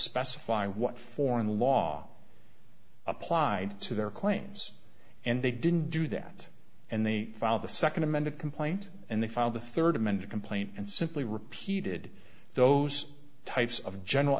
specify what foreign law applied to their claims and they didn't do that and they filed the second amended complaint and they filed the third amended complaint and simply repeated those types of general